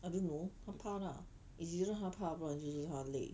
I don't know 她怕啦 is either 她怕不然就是她累